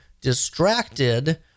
distracted